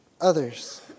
others